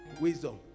Wisdom